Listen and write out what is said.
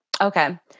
Okay